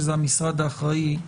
המשרד האחראי,